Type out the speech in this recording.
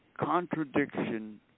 contradiction